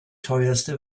teuerste